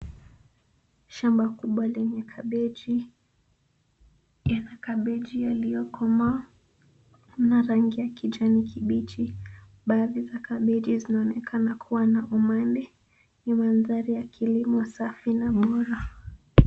Shamba kubwa lenye kabeji. Lina kabeji zilizokomaa za rangi ya kijani kibichi. Baadhi ya kabeji zinaonekana kuwa na umande. Ni mandhari ya kilimo Safi na Bora.